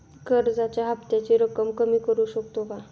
कर्जाच्या हफ्त्याची रक्कम कमी करू शकतो का?